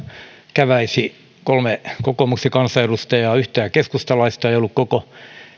käväisi kolme kokoomuksen kansanedustajaa yhtään keskustalaista ei ollut koko